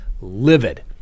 livid